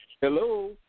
Hello